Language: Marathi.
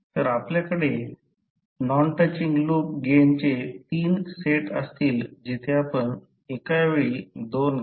तर आपल्याकडे नॉन टचिंग लूप गेनचे 3 सेट असतील जिथे आपण एकावेळी दोन घ्याल